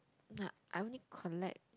no I only collect